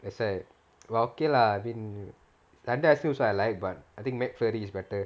that's why but okay lah I mean other ice cream also I still but I think McFlurry is better